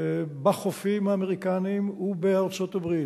בחופים האמריקניים ובארצות-הברית,